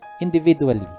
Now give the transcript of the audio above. individually